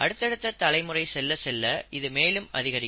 அடுத்தடுத்த தலைமுறை செல்ல செல்ல இது மேலும் அதிகரிக்கும்